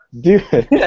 Dude